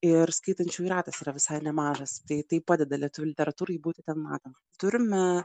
ir skaitančiųjų ratas yra visai nemažas tai tai padeda lietuvių literatūrai būti ten matomai turime